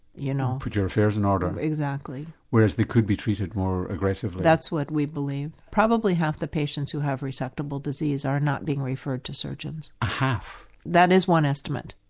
you know. put your affairs in order. um exactly. whereas they could be treated more aggressively? that's what we believe, probably half the patients who have receptible disease are not being referred to surgeons. a? that is one estimate.